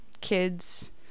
kids